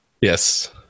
Yes